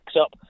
up